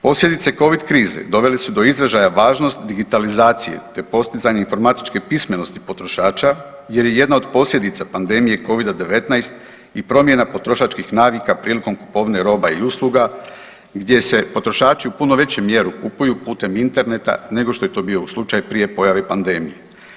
Posljedice Covid krize doveli su do izražaja važnost digitalizacije te postizanje informatičke pismenosti potrošača jer je jedna od posljedica pandemije Covida-19 i promjena potrošačkih navika prilikom kupovine roba i usluga, gdje se potrošači u puno veću kupuju putem interneta nego što je to bio slučaj prije pojave pandemije.